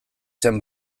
zen